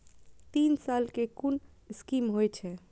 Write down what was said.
तीन साल कै कुन स्कीम होय छै?